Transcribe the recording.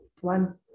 one